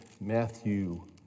Matthew